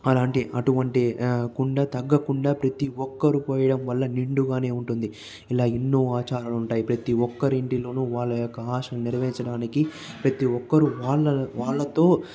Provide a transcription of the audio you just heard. అలాంటి అటువంటి కుండ తగ్గకుండా ప్రతి ఒక్కరూ పోయడం వల్ల నిండుగానే ఉంటుంది ఇలా ఎన్నో ఆచారాలు ఉంటాయి ప్రతి ఒక్కరు ఇంటిలోనూ వాళ్ళ యొక్క ఆశ నెరవేర్చడానికి ప్రతి ఒక్కరూ వాళ్ల వాళ్లతో